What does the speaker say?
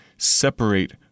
separate